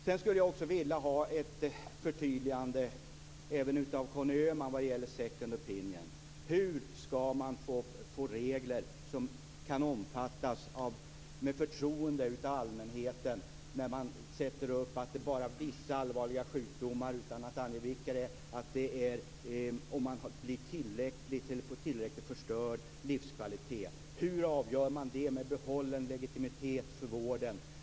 Sedan skulle jag vilja ha ett förtydligande även av Conny Öhman vad gäller second opinion. Hur skall man kunna få regler som kan omfattas med förtroende av allmänheten när man anger att det bara gäller vissa allvarliga sjukdomar utan att ange vilka det är och att de skall leda till tillräckligt förstörd livskvalitet. Hur avgör man det med bibehållen legitimitet för vården?